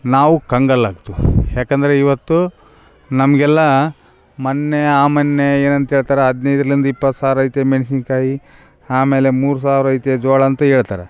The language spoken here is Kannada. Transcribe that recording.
ನಾವು ಕಂಗಾಲಾಕ್ತಿವ್ ಯಾಕಂದರೆ ಇವತ್ತು ನಮಗೆಲ್ಲಾ ಮೊನ್ನೆ ಆ ಮೊನ್ನೆ ಏನಂತೇಳ್ತಾರೆ ಹದಿನೈದ್ರಿಂದ ಇಪ್ಪತ್ತು ಸಾವಿರ ಐತೆ ಮೆಣಸಿನ್ಕಾಯಿ ಆಮೇಲೆ ಮೂರು ಸಾವಿರ ಐತೆ ಜೋಳ ಅಂತ ಹೇಳ್ತಾರೆ